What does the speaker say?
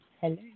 Hello